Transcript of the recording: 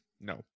No